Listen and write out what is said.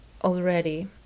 already